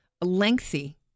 lengthy